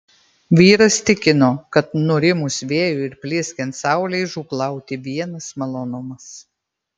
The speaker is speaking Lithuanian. vyras tikino kad nurimus vėjui ir plieskiant saulei žūklauti vienas malonumas